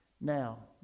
Now